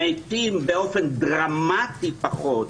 מתים באופן דרמטי פחות.